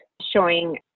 showing